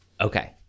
okay